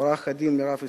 עורכת-הדין מירב ישראלי,